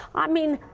i mean,